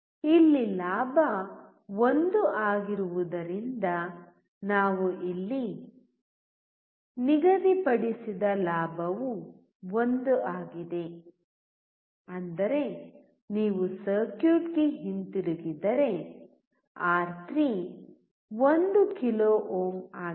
ಇಲ್ಲಿ ಲಾಭ 1 ಆಗಿರುವುದರಿಂದ ನಾವು ಇಲ್ಲಿ ನಿಗದಿಪಡಿಸಿದ ಲಾಭವು 1 ಆಗಿದೆ ಅಂದರೆ ನೀವು ಸರ್ಕ್ಯೂಟ್ಗೆ ಹಿಂತಿರುಗಿದರೆ ಆರ್3 1 ಕಿಲೋ ಓಮ್ ಆಗಿದೆ